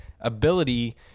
ability